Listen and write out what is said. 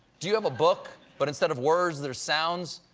do you have a book, but instead of words, there are sounds,